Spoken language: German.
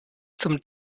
zum